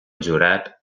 jurat